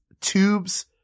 tubes